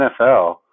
NFL